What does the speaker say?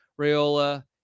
Rayola